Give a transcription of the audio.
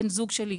בן הזוג שלי,